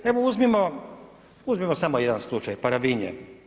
Evo uzmimo samo jedan slučaj, Paravinje.